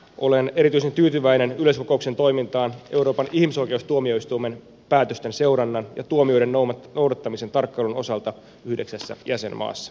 olen erityisen tyytyväinen yleiskokouksen toimintaan euroopan ihmisoikeustuomioistuimen päätösten seurannan ja tuomioiden noudattamisen tarkkailun osalta yhdeksässä jäsenmaassa